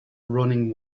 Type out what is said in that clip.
running